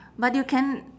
but you can